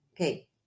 Okay